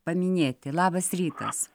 paminėti labas rytas